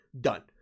done